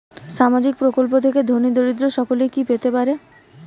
সামাজিক প্রকল্প থেকে ধনী দরিদ্র সকলে কি পেতে পারে?